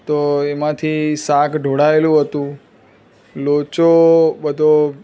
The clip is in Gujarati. તો એમાંથી શાક ઢોળાયેલું હતું લોચો બધો